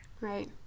Right